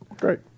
Great